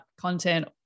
content